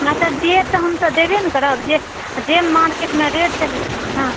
तऽ हमरा देत तऽ हम देबे ने करब जे मार्केट मे रेट चलै छै ने